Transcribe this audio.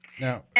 Now